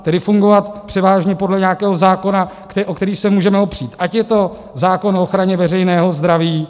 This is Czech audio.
Tedy fungovat převážně podle nějakého zákona, o který se můžeme opřít, ať je to zákon o ochraně veřejného zdraví...